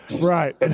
Right